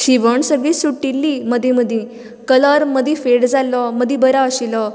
शिवण सगळी सुटिल्ली मदीं मदीं कलर मदीं फेड जाल्लो मदीं बरो आशिल्लो